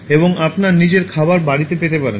এবং আপনার নিজের খাবার বাড়িতে পেতে পারেন